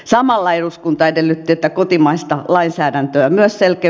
samalla eduskunta edellytti että kotimaista lainsäädäntöä myös selke